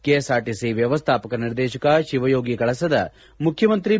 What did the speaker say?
KSRTC ವ್ಯವಸ್ಥಾಪಕ ನಿರ್ದೇಶಕ ಶಿವಯೋಗಿ ಕಳಸದ ಮುಖ್ಯಮಂತ್ರಿ ಬಿ